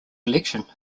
election